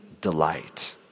delight